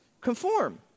conform